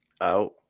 out